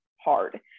hard